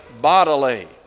bodily